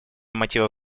мотивов